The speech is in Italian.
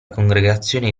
congregazione